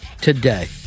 today